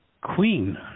queen